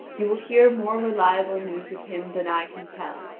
you will hear more reliable news of him than i can tell.